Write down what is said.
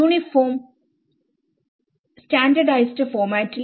uniform standardised ഫോർമാറ്റിൽ